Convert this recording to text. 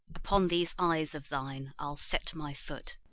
upon these eyes of thine i'll set my foot.